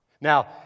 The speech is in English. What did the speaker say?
Now